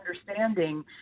understanding